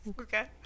Okay